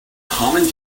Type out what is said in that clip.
common